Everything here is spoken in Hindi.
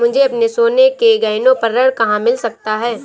मुझे अपने सोने के गहनों पर ऋण कहाँ मिल सकता है?